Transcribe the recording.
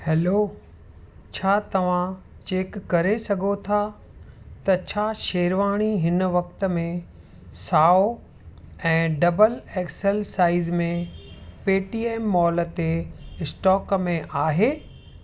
hello छा तव्हां check करे सघो था त छा शेरवाणी हिन वक़्त में साओ ऐं डबल एक्स एल साइज़ में पे टी एम मॉल ते स्टॉक में आहे